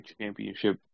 championship